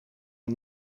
een